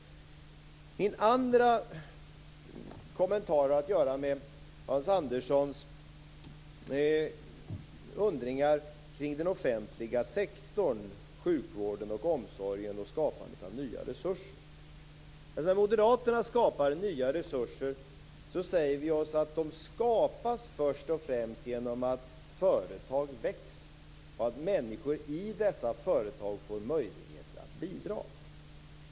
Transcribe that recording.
Min andra kommentar har att göra med Hans Anderssons undringar kring den offentliga sektorn: sjukvården, omsorgen och skapandet av nya resurser. När moderaterna skapar nya resurser säger vi oss att de skapas först och främst genom att företag växer och att människor i dessa företag får möjlighet att bidra.